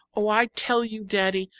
oh, i tell you, daddy,